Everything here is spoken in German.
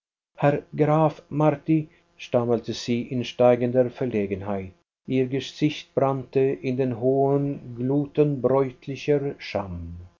herr graf marti stammelte sie in steigender verlegenheit ihr gesicht brannte in den hohen gluten bräutlicher scham